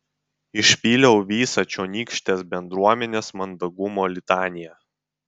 išpyliau visą čionykštės bendruomenės mandagumo litaniją